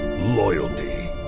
loyalty